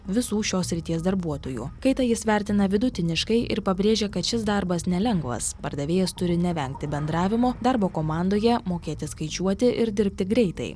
visų šios srities darbuotojų kaita jis vertina vidutiniškai ir pabrėžė kad šis darbas nelengvas pardavėjas turi nevengti bendravimo darbo komandoje mokėti skaičiuoti ir dirbti greitai